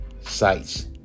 sites